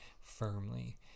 firmly